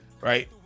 right